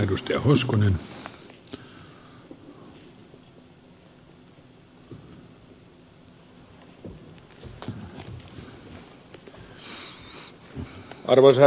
arvoisa herra puhemies